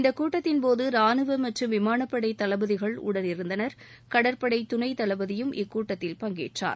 இந்த கூட்டத்தின்போது ராணுவ மற்றும் விமானப் படை தளபதிகள் உடனிருந்தனர் கடற்படை துணை தளபதியும் இக்கூட்டத்தில் பங்கேற்றார்